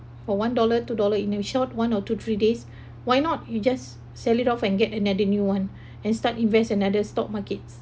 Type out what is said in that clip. for one dollar two dollar in a short one or two three days why not you just sell it off and get another new one and start invest another stock markets